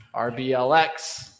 rblx